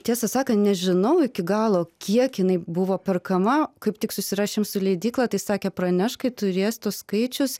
tiesą sakant nežinau iki galo kiek jinai buvo perkama kaip tik susirašėm su leidykla tai sakė praneš jai turės tuos skaičius